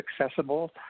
accessible